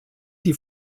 die